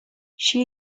she